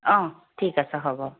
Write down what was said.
অঁ ঠিক আছে হ'ব